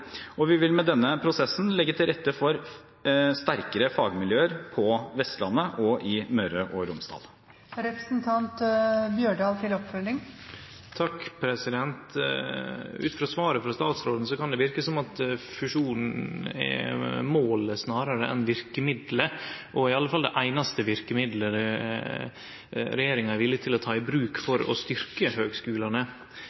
og vi vil med denne prosessen legge til rette for sterkere fagmiljøer på Vestlandet og i Møre og Romsdal. Ut frå svaret frå statsråden kan det verke som om fusjonen er målet snarare enn verkemiddelet, og iallfall det einaste verkemiddelet regjeringa er villig til å ta i bruk